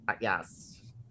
yes